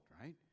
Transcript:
right